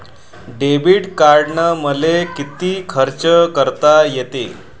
Debit कार्डानं मले किती खर्च करता येते?